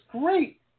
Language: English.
great